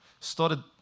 started